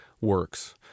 works